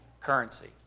currency